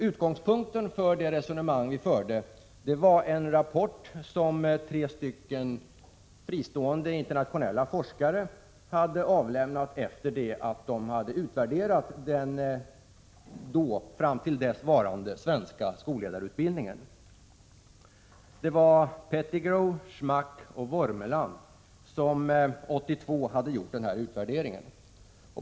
Utgångspunkten för resonemanget vi förde var en rapport som tre fristående, internationella forskare hade avlämnat efter att ha utvärderat den då gällande svenska skolledarutbildningen. Det var Pettigrow, Schmuck och Vormeland som 1982 hade genomfört utvärderingen.